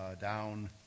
down